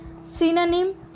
Synonym